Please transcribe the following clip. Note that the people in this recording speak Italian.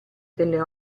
delle